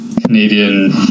Canadian